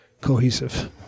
cohesive